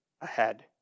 ahead